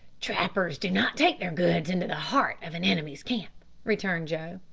trappers do not take their goods into the heart of an enemy's camp, returned joe